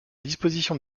disposition